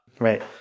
Right